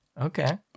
Okay